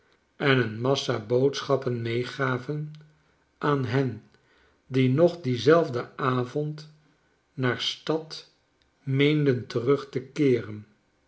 en een massa boodschappenmeegavenaan hen die nog dienzelfden avond naar stad meenden terug te keeren